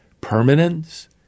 permanence